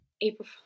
April